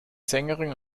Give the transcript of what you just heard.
sängerin